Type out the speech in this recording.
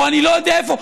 או אני לא יודע איפה,